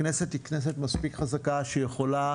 הכנסת היא כנסת מספיק חזקה שיכולה